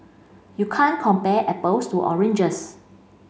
you can't compare apples to oranges